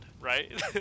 right